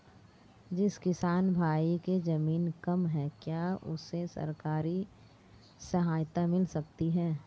जिस किसान भाई के ज़मीन कम है क्या उसे सरकारी सहायता मिल सकती है?